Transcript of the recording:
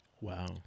Wow